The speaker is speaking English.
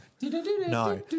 No